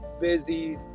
busy